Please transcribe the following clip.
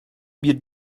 bir